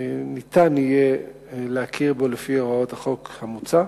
ניתן יהיה להכיר בו לפי הוראות החוק המוצע,